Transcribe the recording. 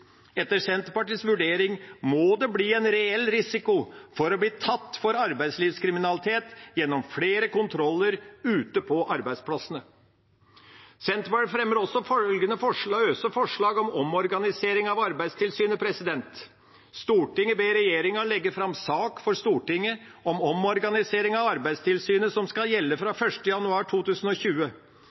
Etter Senterpartiets vurdering må det bli en reell risiko for å bli tatt for arbeidslivskriminalitet gjennom flere kontroller ute på arbeidsplassene. Senterpartiet fremmer også følgende løse forslag om omorganisering av Arbeidstilsynet: «Stortinget ber regjeringa legge fram sak for Stortinget om omorganiseringa av Arbeidstilsynet som skal gjelde fra 1. januar 2020.